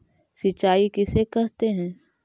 सिंचाई किसे कहते हैं?